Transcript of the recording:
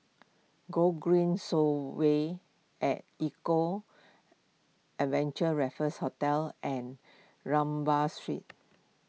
Gogreen Segway at Eco Adventure Raffles Hotel and Rambau Street